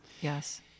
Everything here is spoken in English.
yes